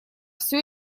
все